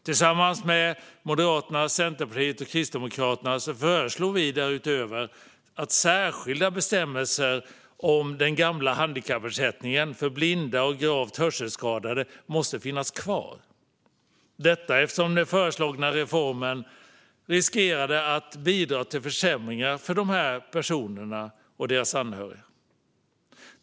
Tillsammans med Moderaterna, Centerpartiet och Kristdemokraterna föreslog vi därutöver att särskilda bestämmelser om den gamla handikappersättningen för blinda och gravt hörselskadade skulle finnas kvar, eftersom den föreslagna reformen riskerade att bidra till försämringar för dessa personer och deras anhöriga.